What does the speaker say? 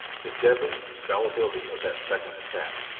the deadly infallibility of that second attack!